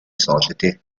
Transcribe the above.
society